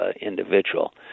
individual